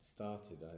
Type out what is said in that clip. started